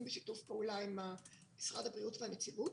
בשיתוף פעולה עם משרד הבריאות והנציגות.